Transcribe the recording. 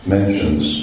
Mentions